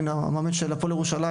הנה, המאמן של הפועל ירושלים.